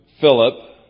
Philip